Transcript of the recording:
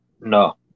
no